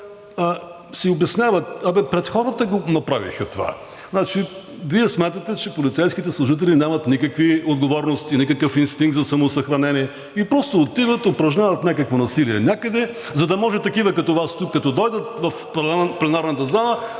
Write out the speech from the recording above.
си обясняват: „А бе пред хората го направиха това…“ Значи Вие смятате, че полицейските служители нямат никакви отговорности, никакъв инстинкт за самосъхранение и просто отиват, упражняват някакво насилие някъде, за да може такива като Вас тук, като дойдат в пленарната зала,